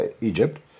Egypt